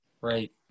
Right